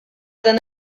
dan